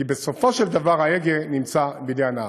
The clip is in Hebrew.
כי בסופו של דבר ההגה נמצא בידי הנהג.